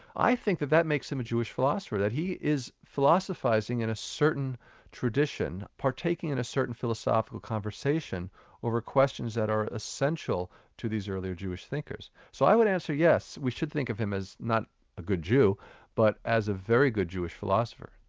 i think that that makes him a jewish philosopher that he is philosophizing in a certain tradition, taking in a certain philosophical conversation over questions that are essential to these earlier jewish thinkers. so i would answer yes, we should think of him as not a good jew but as a very good jewish philosopher,